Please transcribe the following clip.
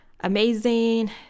Amazing